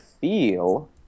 feel